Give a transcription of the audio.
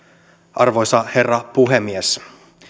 arvoisa herra puhemies